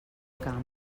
camp